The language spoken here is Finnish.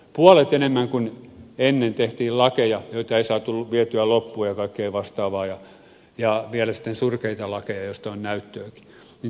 puolet enemmän kuin ennen tehtiin lakeja joita ei saatu vietyä loppuun ja kaikkea vastaavaa ja mielestäni surkeita lakeja joista on näyttöäkin